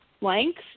length